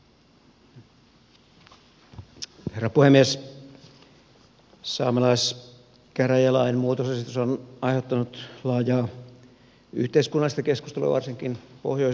saamelaiskäräjälain muutosesitys on aiheuttanut laajaa yhteiskunnallista keskustelua varsinkin pohjoisessa suomessa